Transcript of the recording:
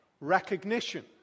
recognition